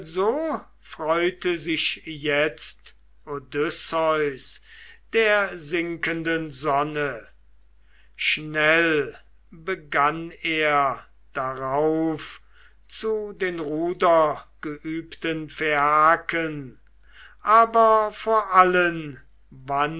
freute sich jetzt odysseus der sinkenden sonne schnell begann er darauf zu den rudergeübten phaiaken aber vor allen wandt